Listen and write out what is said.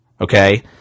okay